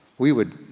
we would,